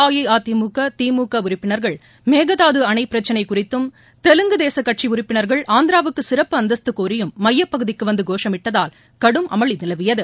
அஇஅதிமுக திமுக உறுப்பினர்கள் மேகதாது அணை பிரச்சினை குறித்தும் தெலுங்கு தேச கட்சி உறுப்பினர்கள் ஆந்திராவுக்கு சிறப்பு அந்தஸ்து கோரியும் மையப் பகுதிக்கு வந்து கோஷமிட்டதால் கடும் அமளி நிலவியது